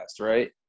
right